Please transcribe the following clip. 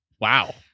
Wow